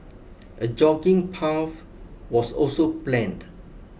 a jogging path was also planned